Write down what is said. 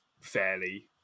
fairly